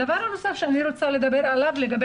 הדבר הנוסף שאני רוצה לדבר עליו אלה